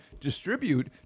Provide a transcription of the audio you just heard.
distribute